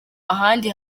ahandi